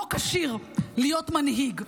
לא כשיר להיות מנהיג.